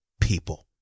people